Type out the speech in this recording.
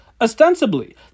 Ostensibly